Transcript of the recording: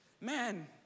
Man